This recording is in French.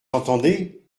entendez